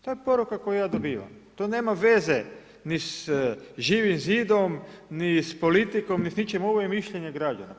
To je poruka koju ja dobivam, to nema veze ni s Živim Zidom, ni s politikom, ni s ničim, ovo je mišljenje građana.